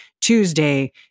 Tuesday